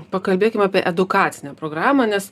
pakalbėkim apie edukacinę programą nes